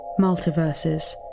multiverses